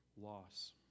loss